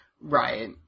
right